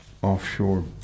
offshore